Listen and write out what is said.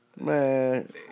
Man